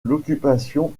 l’occupation